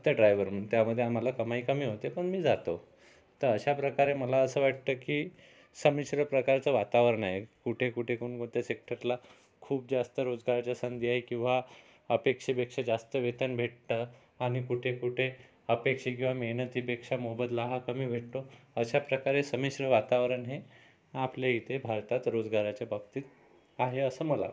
फक्त ड्रायव्हर म्हणून त्यामध्ये आम्हाला कमाई कमी होते पण मी जातो तर अशा प्रकारे मला असं वाटतं की संमिश्र प्रकारचं वातावरण आहे कुठे कुठे कोणकोणत्या सेक्टरला खूप जास्त रोजगाराच्या संधी आहे किंवा अपेक्षेपेक्षा जास्त वेतन भेटतं आणि कुठे कुठे अपेक्षे किंवा मेहनतीपेक्षा मोबदला हा कमी भेटतो अशा प्रकारे संमिश्र वातावरण हे आपल्या इथे भारतात रोजगाराच्या बाबतीत आहे असं मला वाटतं